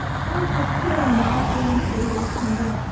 harris was clearly not blaine's aid, or attendant,